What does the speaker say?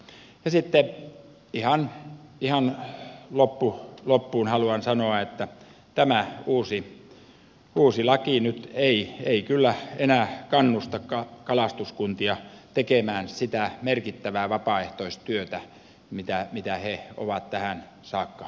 sitten ihan loppuun haluan sanoa että tämä uusi laki nyt ei kyllä enää kannusta kalastuskuntia tekemään sitä merkittävää vapaaehtoistyötä mitä ne ovat tähän saakka tehneet